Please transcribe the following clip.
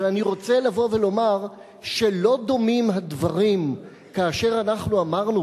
אבל אני רוצה לבוא ולומר שלא דומים הדברים כאשר אנחנו אמרנו,